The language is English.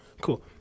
cool